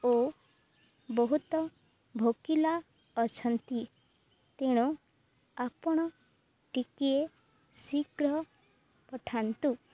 ଓ ବହୁତ ଭୋକିଲା ଅଛନ୍ତି ତେଣୁ ଆପଣ ଟିକିଏ ଶୀଘ୍ର ପଠାନ୍ତୁ